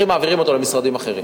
מעבירים אותו למשרדים אחרים.